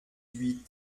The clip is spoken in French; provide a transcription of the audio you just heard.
huit